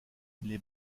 les